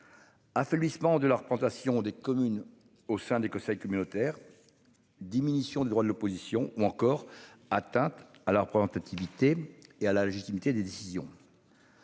Affaiblissement de leurs plantations des communes au sein des conseils communautaires. Diminution des droits de l'opposition ou encore atteinte à la représentativité et à la légitimité des décisions.